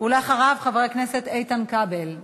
אחריו, חבר הכנסת איתן כבל.